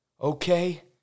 okay